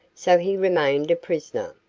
so he remained a prisoner.